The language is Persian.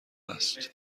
است